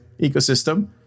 ecosystem